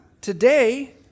Today